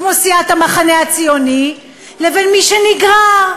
כמו סיעת המחנה הציוני, לבין מי שנגרר,